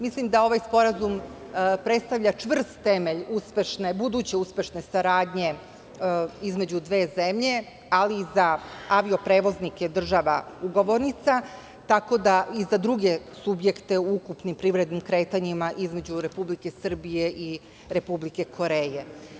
Mislim da ovaj sporazum predstavlja čvrst temelj buduće uspešne saradnje između dve zemlje, ali za avio prevoznike država ugovornica, tako da, i za druge subjekte u ukupnim privrednim kretanjima između Republike Srbije i Republike Koreje.